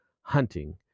hunting